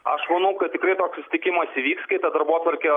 aš manau kad tikrai toks susitikimas įvyks kai ta darbotvarkė